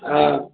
हाँ